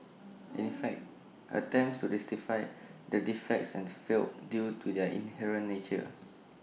in fact attempts to rectify the defects and failed due to their inherent nature